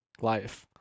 life